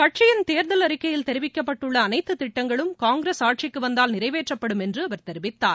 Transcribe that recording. கட்சியின் தேர்தல் அறிக்கையில் தெரிவிக்கப்பட்டுள்ள அனைத்து திட்டங்களும் காங்கிரஸ் ஆட்சிக்கு வந்தால் நிறைவேற்றப்படும் என்று தெரிவித்தார்